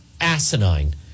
asinine